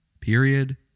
period